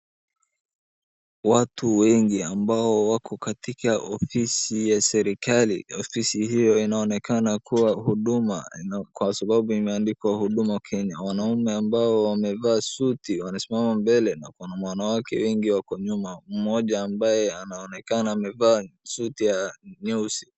Watu wengi ambao wako katika ofisi ya serikali, ofisi hiyo inaonekana kuwa huduma, kwasababu imeandikwa huduma Kenya. Wanaume ambao wamevaa suti wamesimama mbele, na kuna wanawake wengi wako nyuma, mmoja ambaye anaonekana amevaa suti ya nyeusi.